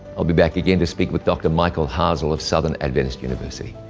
i'll be back again to speak with dr. michael hasel of southern adventist university.